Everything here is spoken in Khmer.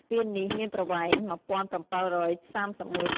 ស្ពាននេះ មានប្រវែង ១៧៣១